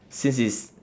since it's